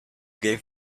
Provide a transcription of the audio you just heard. gave